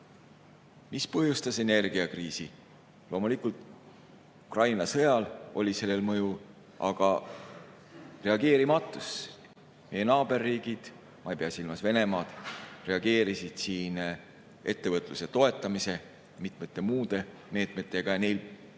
Mis põhjustas energiakriisi? Loomulikult Ukraina sõjal oli sellele mõju, aga reageerimatus. Meie naaberriigid, ma ei pea silmas Venemaad, reageerisid siin ettevõtluse toetamise ja mitmete muude meetmetega ja neil